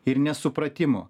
ir nesupratimo